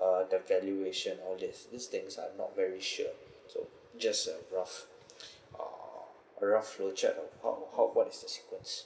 uh the valuation and all these things I'm not very sure so just a rough uh a rough flowchart of how how what is the sequence